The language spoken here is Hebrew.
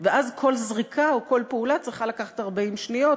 ואז כל זריקה או כל פעולה צריכה לקחת 40 שניות,